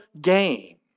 gain